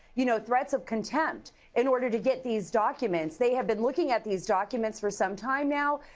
you know threats of contempt in order to get these documents? they have been looking at these documents for some time now.